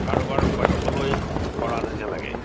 কাৰোবাৰ পক্ষলৈ কৰা যেন হে লাগে